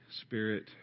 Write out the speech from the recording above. Spirit